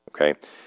Okay